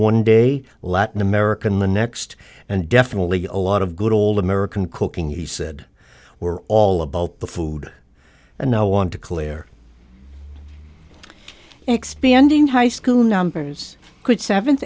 one day latin american the next and definitely a lot of good old american cooking he said we're all about the food and no want to clear expanding high school numbers could seventh